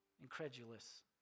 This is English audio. incredulous